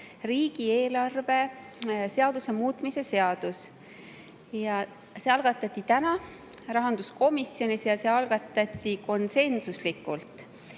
riigieelarve seaduse muutmise seaduse [eelnõu]. See algatati täna rahanduskomisjonis ja see algatati konsensuslikult.